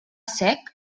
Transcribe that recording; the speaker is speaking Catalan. sec